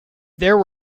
there